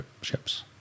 ships